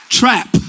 Trap